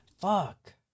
Fuck